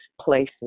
places